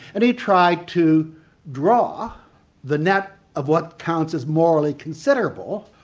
and he tried to draw the net of what counts as morally considerable,